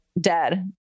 dead